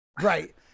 Right